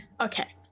Okay